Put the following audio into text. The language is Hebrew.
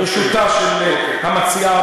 ברשותה של המציעה,